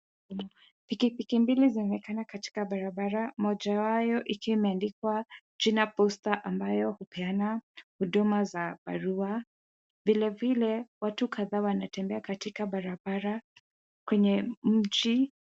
Pikipiki mbili zaonekana katika barabara mojayao ikiwa imeandikwa jina posta ambayo hupeana huduma za barua. Vile vile watu kadhaa wanatembea katika barabara kwenye mji.